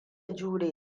jure